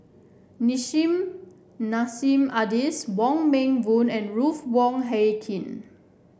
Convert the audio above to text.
Nissim Nassim Adis Wong Meng Voon and Ruth Wong Hie King